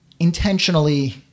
intentionally